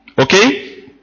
Okay